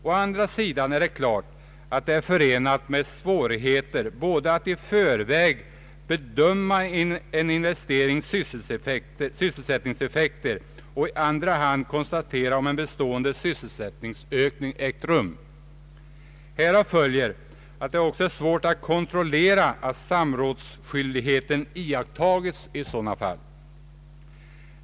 Å andra sidan är det givetvis förenat med svårigheter både att i förväg bedöma sysselsättningseffekten av en investering och att i efterhand konstatera om en bestående sysselsättningsökning ägt rum. Härav följer att det också är svårt att kontrollera att samrådsskyldigheten iakttas i sådana fall.